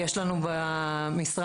יש לנו היום במשרד,